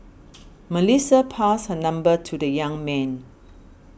Melissa passed her number to the young man